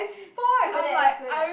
screw that screw that